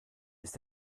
ist